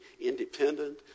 independent